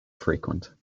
frequent